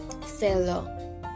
fellow